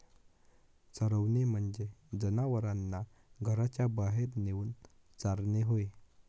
चरवणे म्हणजे जनावरांना घराच्या बाहेर नेऊन चारणे होय